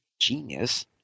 genius